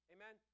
Amen